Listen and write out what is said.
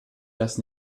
das